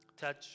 Touch